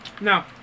no